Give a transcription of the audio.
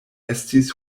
estis